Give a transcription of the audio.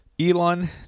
Elon